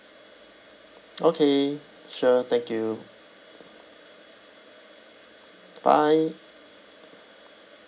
okay sure thank you bye